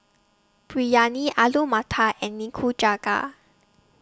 Biryani Alu Matar and Nikujaga